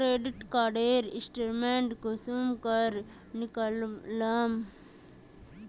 Credit कार्डेर statement कुंसम करे निकलाम?